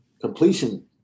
completion